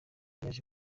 yaje